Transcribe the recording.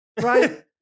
right